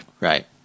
right